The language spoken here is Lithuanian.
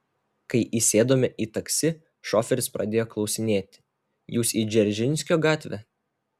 kai įsėdome į taksi šoferis pradėjo klausinėti jūs į dzeržinskio gatvę